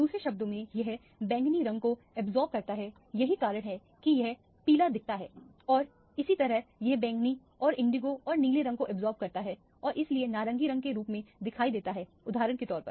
दूसरे शब्दों में यह बैंगनी रंग को अब्जॉर्ब करता है यही कारण है कि यह पीला दिखता है और इसी तरह यह बैंगनी और इंडिगो और नीले रंग को अब्जॉर्ब करता है और इसलिए नारंगी रंग के रूप में दिखाई देता है उदाहरण के तौर पर